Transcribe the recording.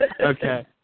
Okay